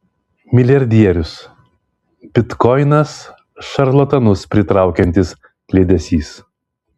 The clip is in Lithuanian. milijardierius bitkoinas šarlatanus pritraukiantis kliedesys